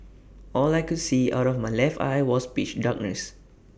all I could see out of my left eye was pitch darkness